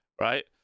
right